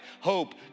Hope